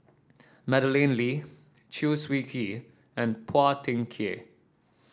Madeleine Lee Chew Swee Kee and Phua Thin Kiay